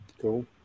Cool